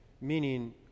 meaning